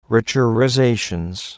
Richerizations